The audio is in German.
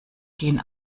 gehen